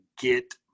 get